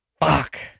Fuck